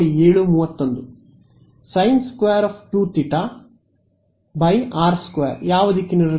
ವಿದ್ಯಾರ್ಥಿ ಸೈನ್ ೨θ r೨ ಯಾವ ದಿಕ್ಕಿನಲ್ಲಿರುತ್ತದೆ